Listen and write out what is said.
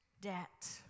debt